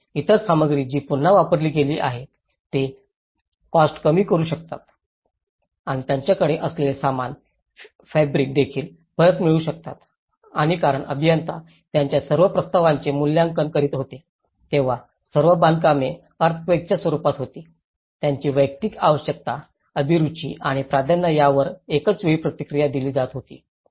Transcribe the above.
आणि इतर सामग्री जी पुन्हा वापरली गेली आहेत जे कॉस्ट कमी करू शकतात आणि त्यांच्याकडे असलेले समान फॅब्रिक देखील परत मिळू शकतात आणि कारण अभियंता त्यांच्या सर्व प्रस्तावांचे मूल्यांकन करीत होते तेव्हा सर्व बांधकामे अर्थक्वेकच्या स्वरुपात होती ज्यांची वैयक्तिक आवश्यकता अभिरुची आणि प्राधान्य यावर एकाच वेळी प्रतिक्रिया दिली जात होती